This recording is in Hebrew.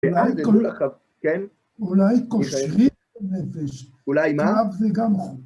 אולי כושרית נפש, אולי מה?... ואף זה גם חום.